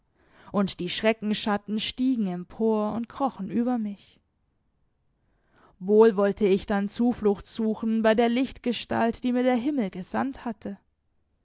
und die schreckenschatten stiegen empor und krochen über mich wohl wollte ich dann zuflucht suchen bei der lichtgestalt die mir der himmel gesandt hatte